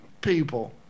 people